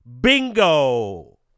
Bingo